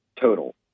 total